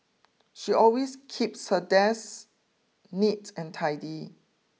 she always keeps her desk neat and tidy